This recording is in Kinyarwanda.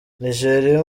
nijeriya